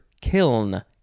kiln